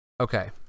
Okay